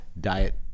diet